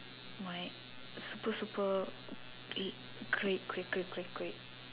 my super super great great great great great great